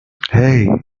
hey